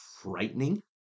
frightening